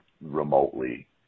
remotely